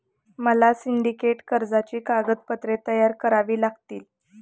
मला सिंडिकेट कर्जाची कागदपत्रे तयार करावी लागतील